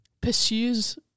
pursues